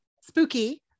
spooky